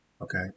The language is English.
Okay